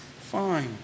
fine